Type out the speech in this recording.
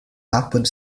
apud